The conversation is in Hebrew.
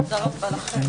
הישיבה ננעלה בשעה